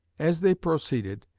as they proceeded,